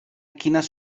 quines